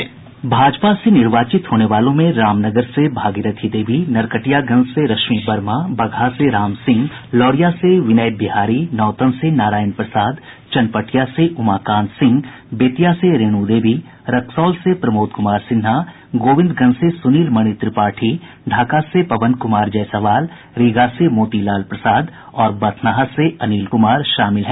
भाजपा से निर्वाचित होने वालों में रामनगर से भागीरथी देवी नरकटियागंज से रश्मि वर्मा बगहा से राम सिंह लौरिया से विनय बिहारी नौतन से नारायण प्रसाद चनपटिया से उमा कांत सिंह बेतिया से रेणु देवी रक्सौल से प्रमोद कुमार सिन्हा गोविंदगंज से सुनील मणि त्रिपाठी ढाका से पवन कुमार जायसवाल रीगा से मोती लाल प्रसाद और बथनाहा से अनिल कुमार शामिल हुए हैं